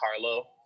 Carlo